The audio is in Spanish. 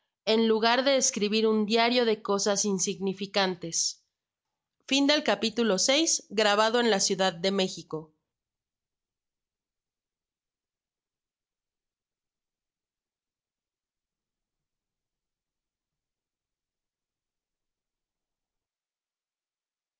en lugar de escribir un diario de cosas insignificantes